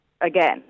again